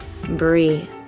Breathe